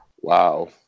Wow